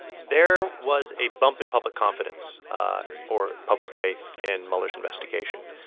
there was a bump in public confidence or public faith in mueller's investigation.